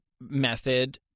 method